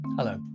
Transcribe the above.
Hello